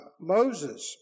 Moses